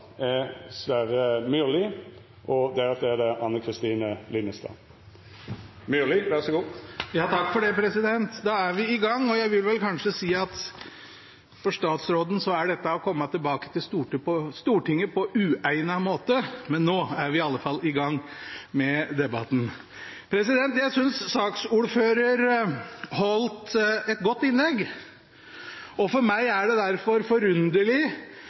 er vi i gang, og jeg vil vel kanskje si at for statsråden er dette å komme tilbake til Stortinget på «uegnet måte». Men nå er vi i alle fall i gang med debatten. Jeg synes saksordføreren holdt et godt innlegg. For meg er det derfor